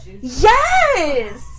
yes